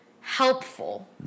helpful